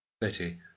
Betty